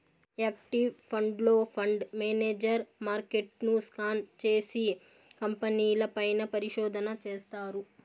active ఫండ్లో, fund manager మార్కెట్ను scan చేసి, కంపెనీల పైన పరిశోధన చేస్తారు